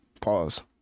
pause